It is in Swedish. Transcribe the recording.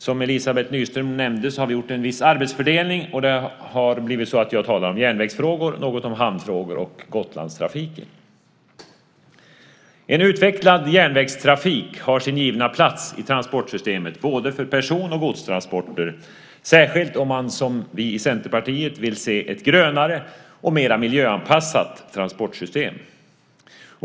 Som Elizabeth Nyström nämnde har vi gjort en viss arbetsfördelning, och jag kommer bland annat att tala om järnvägsfrågor, hamnfrågor och Gotlandstrafiken. En utvecklad järnvägstrafik har sin givna plats i transportsystemet för både person och godstransporter, särskilt om man som vi i Centerpartiet vill se ett grönare och mer miljöanpassat transportsystem.